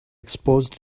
exposed